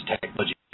technology